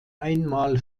einmal